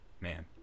man